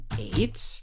eight